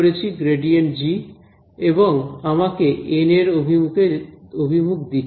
আমি এর গ্রেডিয়েন্ট বের করেছি ∇g এবং এটা আমাকে এন এর অভিমুখ দিচ্ছে